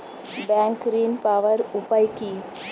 Bank ঋণ পাওয়ার উপায় কি?